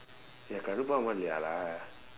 ya கடுப்பாகுமா இல்லையா:kaduppaakumaa illaiyaa lah